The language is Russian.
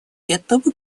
этого